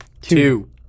Two